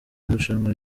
irushanwa